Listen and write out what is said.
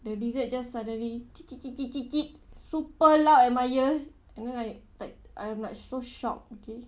the lizard just suddenly super loud at my ears and then like like I'm like so shock okay